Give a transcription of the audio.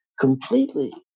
completely